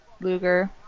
Luger